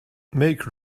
make